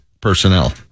Personnel